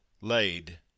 laid